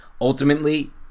ultimately